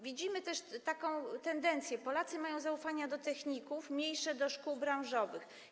Widzimy taką tendencję: Polacy mają zaufanie do techników, mniejsze do szkół branżowych.